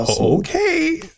Okay